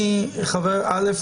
ראשית,